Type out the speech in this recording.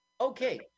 Okay